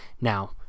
Now